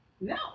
no